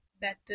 better